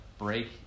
break